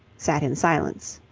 sat in silence.